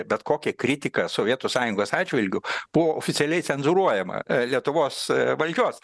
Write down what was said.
bet kokia kritika sovietų sąjungos atžvilgiu buvo oficialiai cenzūruojama lietuvos valdžios